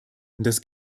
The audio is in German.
das